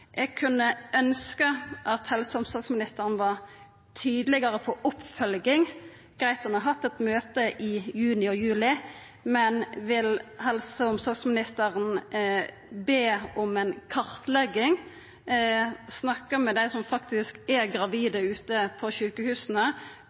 Eg kunne ønskt at helse- og omsorgsministeren var tydelegare på oppfølging. Det er greitt om ein har hatt eit møte i juni og juli. Men vil helse- og omsorgsministeren be om at ein kartlegg, snakkar med dei som faktisk er